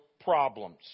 problems